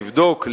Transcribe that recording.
לבדוק,